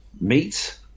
meat